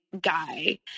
guy